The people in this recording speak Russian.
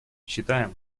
считаем